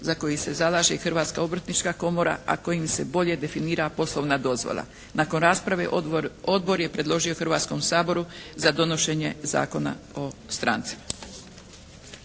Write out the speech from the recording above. za koji se zalaže i Hrvatska obrtnička komora, a kojim se bolje definira poslovna dozvola. Nakon rasprave odbor je predložio Hrvatskom saboru za donošenje Zakona o strancima.